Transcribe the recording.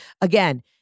Again